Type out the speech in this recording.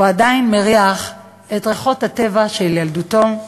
הוא עדיין מריח את ריחות הטבע של ילדותו.